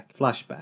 flashback